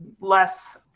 less